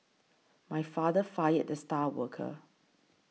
my father fired the star worker